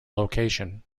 location